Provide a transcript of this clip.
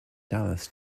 dallas